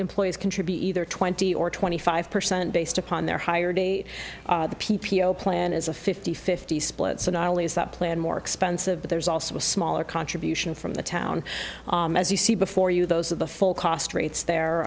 employees contribute either twenty or twenty five percent based upon their hired a p p o plan is a fifty fifty split so not only is that plan more expensive but there's also a smaller contribution from the town as you see before you those are the full cost rates the